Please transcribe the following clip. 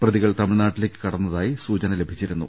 പ്രതികൾ തമിഴ്നാട്ടിലേക്ക് കടന്നതായി സൂചന ലഭിച്ചിരുന്നു